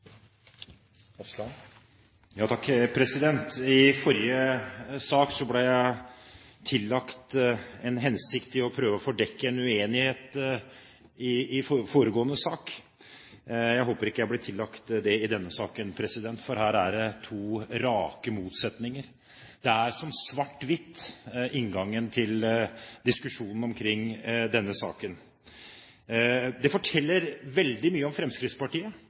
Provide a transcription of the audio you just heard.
I forrige sak ble jeg tillagt den hensikt å prøve å tildekke en uenighet. Jeg håper ikke jeg blir tillagt det i denne saken, for her er det to rake motsetninger. Det er som svart-hvitt, inngangen til diskusjonen om denne saken. Det som blir sagt i denne debatten, forteller veldig mye om Fremskrittspartiet.